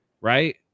right